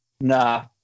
Nah